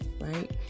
Right